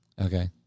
okay